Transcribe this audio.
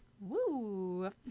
Woo